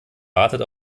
wartet